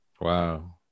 Wow